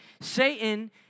Satan